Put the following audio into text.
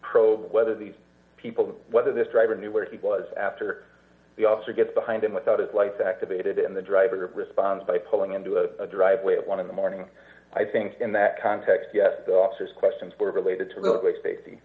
probe whether these people whether this driver knew where he was after the officer gets behind him without his lights activated and the driver responds by pulling into a driveway at one in the morning i think in that context yes the officer's questions were related to real